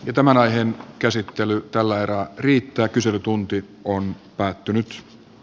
jo tämän aiheen käsittely täällä riittää kyselytunti on päättynyt